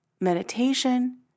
Meditation